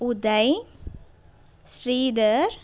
Uday Sridhar